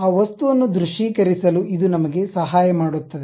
ಆ ವಸ್ತುವನ್ನು ದೃಶ್ಯೀಕರಿಸಲು ಇದು ನಮಗೆ ಸಹಾಯ ಮಾಡುತ್ತದೆ